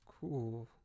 Cool